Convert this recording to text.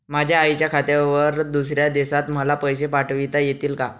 माझ्या आईच्या खात्यावर दुसऱ्या देशात मला पैसे पाठविता येतील का?